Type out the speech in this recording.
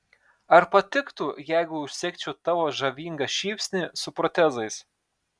ar patiktų jeigu užsegčiau tavo žavingą šypsnį su protezais